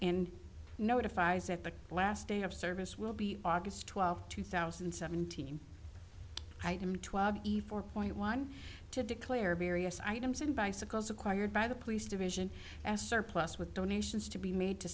and notifies at the last day of service will be august twelfth two thousand and seventeen item four point one to declare barry s items in bicycles acquired by the police division as surplus with donations to be made to